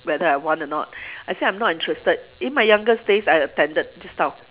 whether I want or not I said I'm not interested in my youngest days I attended this type of